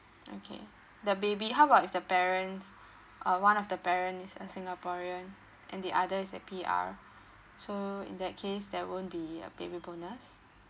okay the baby how about if the parents uh one of the parent is a singaporean and the other is a P_R so in that case there won't be uh baby bonus